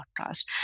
podcast